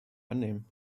annehmen